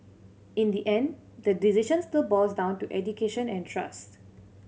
in the end the decision still boils down to education and trust